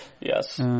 Yes